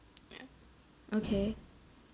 okay